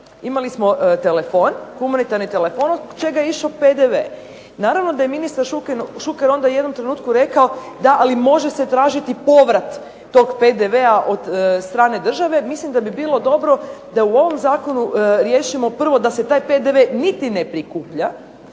Imali smo telefon, humanitarni telefon od čega je išao PDV. Naravno da je ministar Šuker onda u jednom trenutku rekao, da ali može se tražiti povrat tog PDV-a od strane države. Mislim da bi bilo dobro da u ovom zakonu riješimo prvo da se taj PDV niti ne prikuplja,